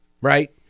Right